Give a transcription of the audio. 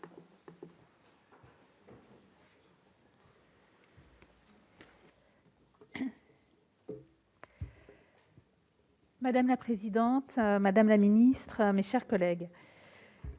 Madame la présidente, madame la ministre, mes chers collègues,